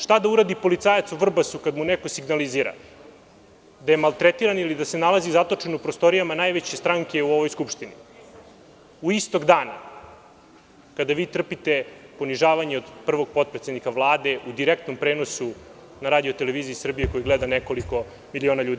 Šta da uradi policajac u Vrbasu kada mu neko signalizira da je maltretiran ili da se nalazi zatočen u prostorijama najveće stranke u ovoj skupštini, istog dana kada vi trpite ponižavanje od prvog potpredsednika Vlade u direktnom prenosu na RTS, koju gleda nekoliko miliona ljudi?